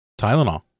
tylenol